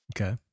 okay